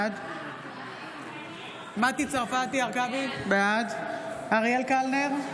בעד מטי צרפתי הרכבי, בעד אריאל קלנר,